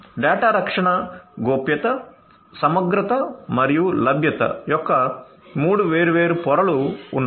data రక్షణ గోప్యత సమగ్రత మరియు లభ్యత యొక్క మూడు వేర్వేరు పొరలు ఉన్నాయి